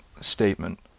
statement